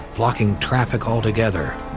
blocking traffic altogether.